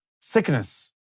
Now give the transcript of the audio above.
sickness